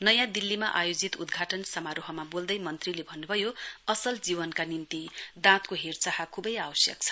नयाँ दिल्लीमा आयोजित उद्घाटन समारोहमा वोल्दै मन्त्रीले भन्नभयो असल जीवनका निम्ति दाँतको हेरचाह खुबै आवश्यक छ